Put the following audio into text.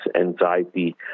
anxiety